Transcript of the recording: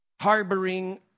harboring